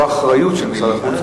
לא אחריות של משרד החוץ,